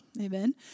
Amen